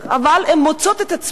אבל הן מוצאות את עצמן